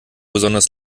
besonders